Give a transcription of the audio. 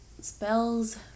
spells